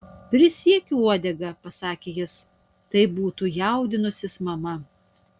prisiekiu uodega pasakė jis tai būtų jaudinusis mama